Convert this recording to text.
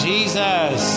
Jesus